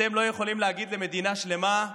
אתם לא יכולים להגיד למדינה שלמה: